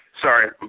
Sorry